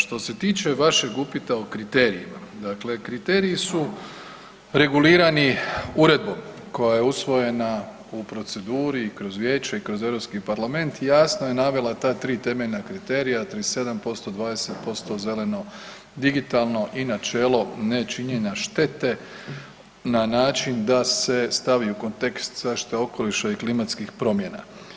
Što se tiče vašeg upita o kriterijima, dakle kriteriji su regulirani uredbom koja je usvojena u proceduri kroz Vijeće i kroz Europski parlament jasno je navela ta tri temeljna kriterija 37%, 20% zeleno, digitalno i načelo nečinjenja štete na način da se stavi u kontekst zaštita okoliša i klimatskih promjena.